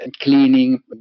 cleaning